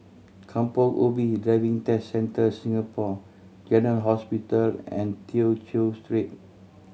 Kampong Ubi Driving Test Centre Singapore General Hospital and Tew Chew Street